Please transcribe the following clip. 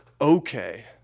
okay